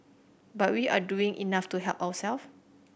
but we are doing enough to help ourself